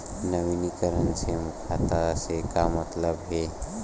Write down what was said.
नवीनीकरण से खाता से का मतलब हे?